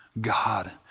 God